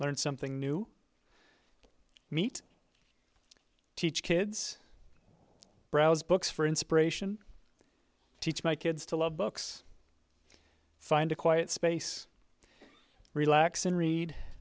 learn something new meet teach kids browse books for inspiration teach my kids to love books find a quiet space relax and read